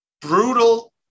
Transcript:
brutal